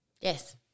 Yes